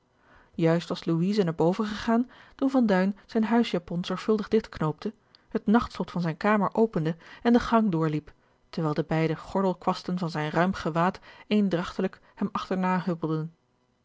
juist was louise naar boven gegaan toen van duin zijn huisjapon zorgvuldig digtknoopte het nachtslot van zijne kamer opende en den gang doorliep terwijl de beide gordelkwasten van zijn ruim gewaad eendragtiglijk hem achterna huppelden